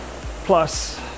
plus